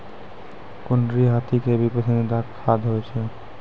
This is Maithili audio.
कुनरी हाथी के भी पसंदीदा खाद्य होय छै